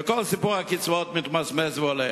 וכל סיפור הקצבאות מתמסמס והולך.